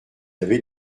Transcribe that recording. avez